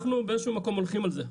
אנחנו באיזשהו מקום הולכים על זה,